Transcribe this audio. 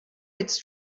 its